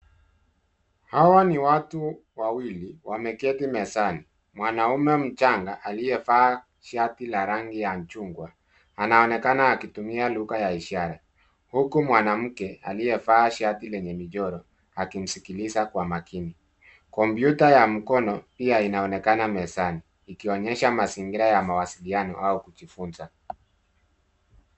Hawa ni watu wawili, wameketi mezani. Mwanaume mchanga aliyevaa shati la rangi ya chungwa anaonekana akitumia lugha ya ishara, uku mwanamke aliyevaa shati lenye michoro akimsikiliza kwa makini. Kompyuta ya mkono pia inaonekana mezani ikionyesha mazingira ya mawasiliano au kujifunza.